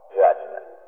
judgment